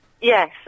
Yes